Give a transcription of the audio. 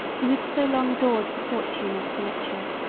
who had so long adored the fortune of stilicho,